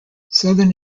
southern